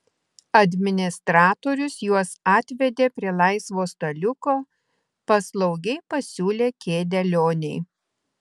administratorius juos atvedė prie laisvo staliuko paslaugiai pasiūlė kėdę lionei